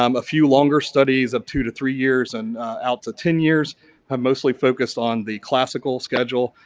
um a few longer studies of two to three years and out to ten years have mostly focused on the classical schedule.